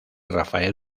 rafael